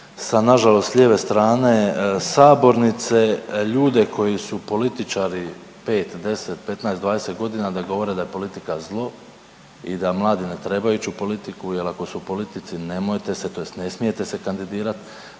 sa na žalost lijeve strane sabornice ljude koji su političari 5, 10, 15, 20 godina, da govore da je politika zlo i da mladi ne trebaju ići u politiku jer ako su u politici nemojte se, tj. ne smijete se kandidirati